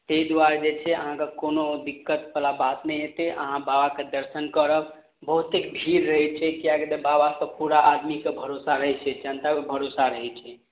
तहि दुआरे जे छै अहाँकऽ कोनो दिक्कत बला बात नहि होयतै अहाँ बाबाके दर्शन करब बहुतेक भीड़ रहै छै किएकि तऽ बाबासँ पूरा आदमीकऽ भरोसा रहैत छै जनताके भरोसा रहैत छै